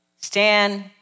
Stand